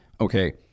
okay